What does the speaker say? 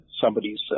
somebody's